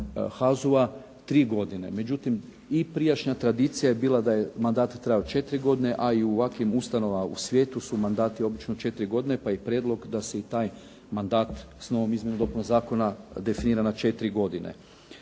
HAZU-a tri godine. Međutim, i prijašnja tradicija je bila da je mandat trajao četiri godine, a i u ovakvim ustanovama u svijetu su mandati obično četiri godine, pa je i prijedlog da se i taj mandat s novom izmjenom i dopunom zakona definira na četiri godine.